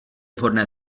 vhodné